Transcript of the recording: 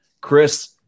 Chris